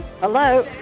Hello